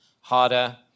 harder